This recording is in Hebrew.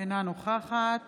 אינה נוכחת